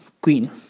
queen